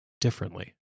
differently